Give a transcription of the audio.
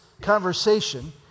conversation